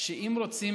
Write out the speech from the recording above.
שאם רוצים